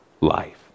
life